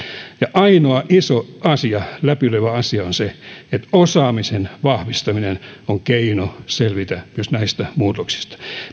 ainoa iso läpilyövä asia on se että osaamisen vahvistaminen on keino selvitä myös näistä muutoksista